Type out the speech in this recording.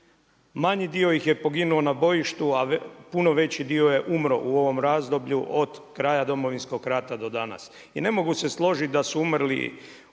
Manji dio ih je poginuo na bojištu, a puno veći dio je umro u ovom razdoblju od kraja Domovinskog rata do danas. i ne mogu se složiti da su umrli,